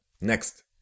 Next